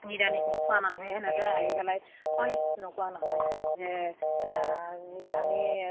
নিৰামিষ আমি নোখোৱা মানুহে সেনেকৈ আহি পেলাই কয় নোকোৱা নহয় যে আমি